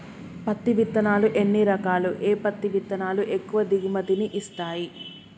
పత్తి విత్తనాలు ఎన్ని రకాలు, ఏ పత్తి విత్తనాలు ఎక్కువ దిగుమతి ని ఇస్తాయి?